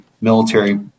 military